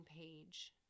page